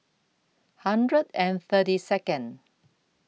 one hundred and thirty Second